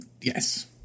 yes